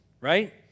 right